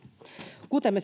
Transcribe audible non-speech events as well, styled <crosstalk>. kuten me <unintelligible>